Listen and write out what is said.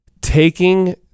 taking